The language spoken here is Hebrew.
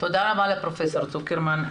תודה רבה לפרופ' צוקרמן.